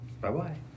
Bye-bye